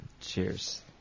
cheers